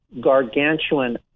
gargantuan